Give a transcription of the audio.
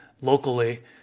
locally